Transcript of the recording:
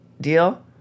Deal